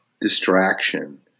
distraction